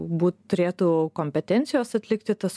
būt turėtų kompetencijos atlikti tas